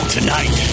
Tonight